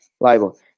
liable